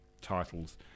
titles